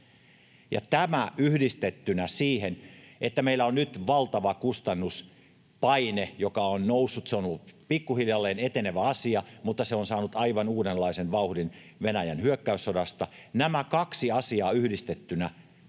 tämä yhdistettynä siihen, että meillä on nyt valtava kustannuspaine, joka on noussut — se on ollut pikkuhiljalleen etenevä asia, mutta se on saanut aivan uudenlaisen vauhdin Venäjän hyökkäyssodasta — on johtanut